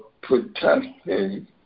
protecting